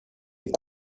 est